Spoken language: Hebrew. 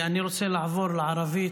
אני רוצה לעבור לערבית.